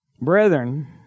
Brethren